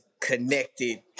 connected